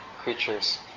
creatures